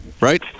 Right